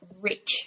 rich